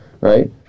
right